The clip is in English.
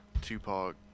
Tupac